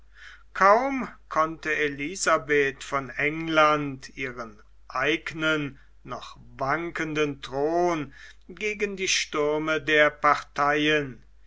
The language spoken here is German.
kaum konnte elisabeth von england ihren eignen noch wankenden thron gegen die stürme der parteien